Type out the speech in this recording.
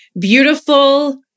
beautiful